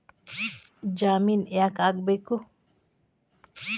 ಜಾಮಿನ್ ಯಾಕ್ ಆಗ್ಬೇಕು?